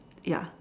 ya